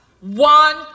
One